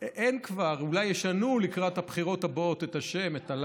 אין דבר כזה, אין כבר.